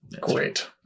Great